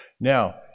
Now